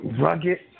Rugged